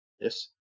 Yes